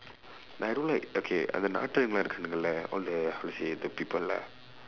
like I don't like okay அந்த நாட்டனுங்கள் எல்லா இருக்கானுங்களே:andtha naatdanungkal ellaa irukkaanungkalee all the how to say the people lah